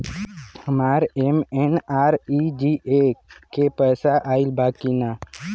हमार एम.एन.आर.ई.जी.ए के पैसा आइल बा कि ना?